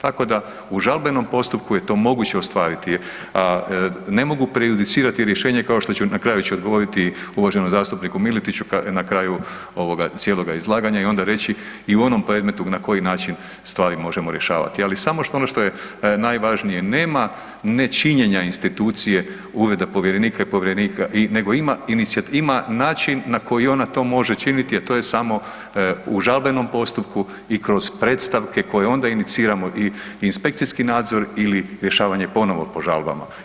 Tako da, u žalbenom postupku je to moguće ostvariti, a ne mogu prejudicirati rješenje, kao što ću, na kraju ću odgovoriti uvaženom zastupniku Miletiću na kraju ovoga cijeloga izlaganja i onda ću i u onom predmetu na koji način stvari možemo rješavati, ali samo ono što je najvažnije, nema nečinjenja institucije uvida povjerenika i ... nego ima način na koji ona to može činiti, a to je samo u žalbenom postupku i kroz predstavke koje onda iniciramo i inspekcijski nadzor ili rješavanje ponovo po žalbama.